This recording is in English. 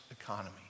economy